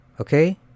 Okay